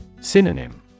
Synonym